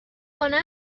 کنم